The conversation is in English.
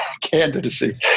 candidacy